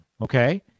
Okay